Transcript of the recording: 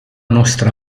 nostra